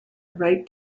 write